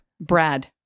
Brad